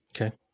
Okay